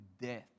death